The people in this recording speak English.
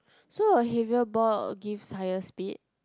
so a heavier ball will gives higher speed